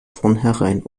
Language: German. vornherein